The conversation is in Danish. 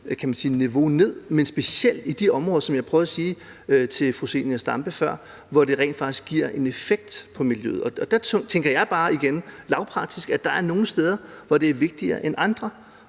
det samlede niveau ned, men specielt i de områder, hvor det, som jeg prøvede at sige til fru Zenia Stampe før, rent faktisk giver en effekt på miljøet. Og der tænker jeg igen bare helt lavpraktisk, at der er nogle steder, hvor det er vigtigere end andre,